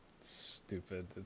stupid